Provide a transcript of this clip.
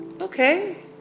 Okay